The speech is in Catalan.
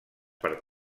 per